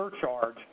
surcharge